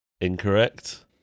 Incorrect